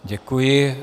Děkuji.